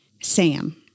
Sam